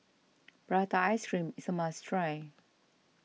Prata Ice Cream is a must try